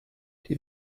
die